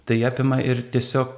tai apima ir tiesio